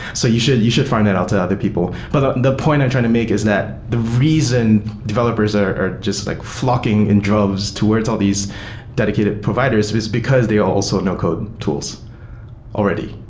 so you should you should fi nd that out to other people. but the the point i'm trying to make is that the reason developers are are just like fl ocking in droves to where it's all these dedicated providers is because they are also no-code tools already.